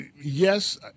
yes